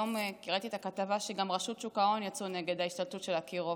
היום ראיתי את הכתבה שגם רשות שוק ההון יצאו נגד ההשתלטות של אקירוב.